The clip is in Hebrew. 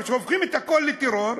שהופכים את הכול לטרור,